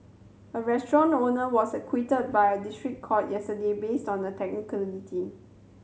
a restaurant owner was acquitted by a district court yesterday based on a technicality